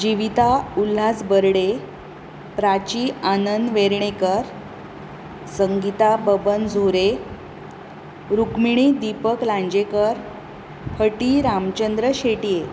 जिविता उल्ल्हास बर्डे प्राची आनंद वेर्णेकर संगिता बबन झुरे रुक्मिणी दिपक लांजेकर हटी रामचंद्र शेटये